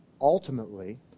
ultimately